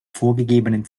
vorgegebenen